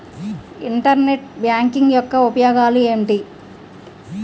Internet banking యెక్క ఉపయోగాలు ఎంటి?